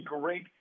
great